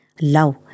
love